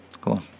Cool